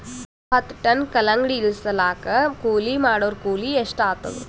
ಹತ್ತ ಟನ್ ಕಲ್ಲಂಗಡಿ ಇಳಿಸಲಾಕ ಕೂಲಿ ಮಾಡೊರ ಕೂಲಿ ಎಷ್ಟಾತಾದ?